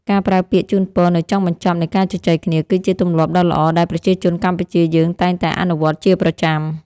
ការប្រើពាក្យជូនពរនៅចុងបញ្ចប់នៃការជជែកគ្នាគឺជាទម្លាប់ដ៏ល្អដែលប្រជាជនកម្ពុជាយើងតែងតែអនុវត្តជាប្រចាំ។